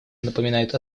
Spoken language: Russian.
напоминает